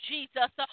Jesus